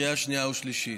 לקריאה שנייה ולקריאה שלישית.